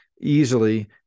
easily